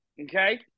okay